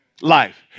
life